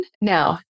Now